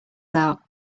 out